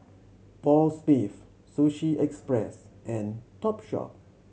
Paul Smith Sushi Express and Topshop